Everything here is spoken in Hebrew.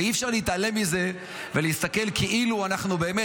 ואי-אפשר להתעלם מזה ולהסתכל כאילו באמת